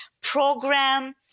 program